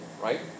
right